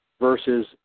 Versus